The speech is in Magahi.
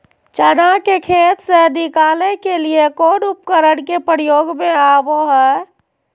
चना के खेत से निकाले के लिए कौन उपकरण के प्रयोग में आबो है?